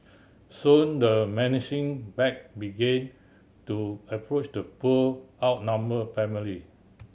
soon the menacing pack began to approach the poor outnumber family